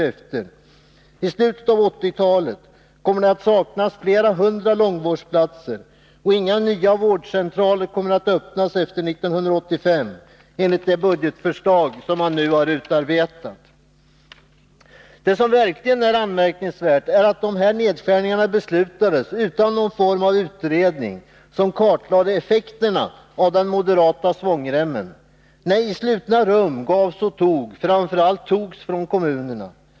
I slutet av 1980-talet kommer det att saknas flera hundra långvårdsplatser, och inga nya vårdcentraler kommer att öppnas efter 1985, enligt det budgetförslag som nu har utarbetats. Det som verkligen är anmärkningsvärt är att dessa nedskärningar beslutades utan någon form av utredning som kartlade effekterna av den moderata svångremmen. Nej, i slutna rum gavs och togs — framför allt togs från kommunerna.